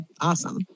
awesome